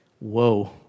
Whoa